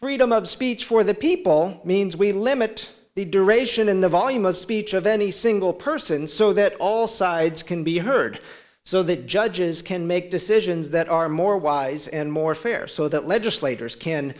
freedom of speech for the people means we limit the duration in the volume of speech of any single person so that all sides can be heard so that judges can make decisions that are more wise and more fair so that legislators can